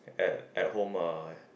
at at home uh